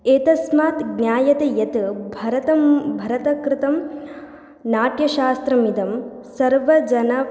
एतस्मात् ज्ञायते यत् भरतं भरतकृतं नाट्यशास्त्रमिदं सर्वजन